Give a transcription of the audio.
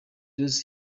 ross